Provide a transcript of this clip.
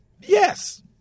Yes